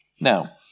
Now